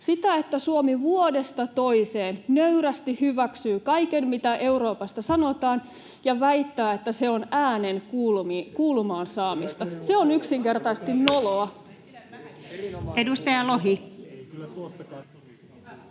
sitä, että Suomi vuodesta toiseen nöyrästi hyväksyy kaiken, mitä Euroopasta sanotaan, ja väittää, että se on äänen kuulumaan saamista. Se on yksinkertaisesti noloa.